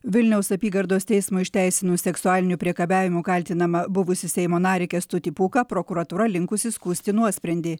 vilniaus apygardos teismui išteisinus seksualiniu priekabiavimu kaltinamą buvusį seimo narį kęstutį pūką prokuratūra linkusi skųsti nuosprendį